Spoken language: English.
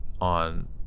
on